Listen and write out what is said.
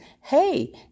Hey